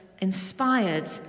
inspired